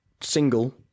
single